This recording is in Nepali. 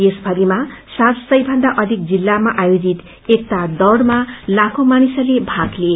देशभरिमा सात सयथन्दा अधिक जित्तामा आयोजित एकता दौड़मा लाखौ मानिसहरूले भाग लिए